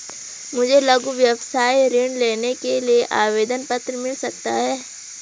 मुझे लघु व्यवसाय ऋण लेने के लिए आवेदन पत्र मिल सकता है?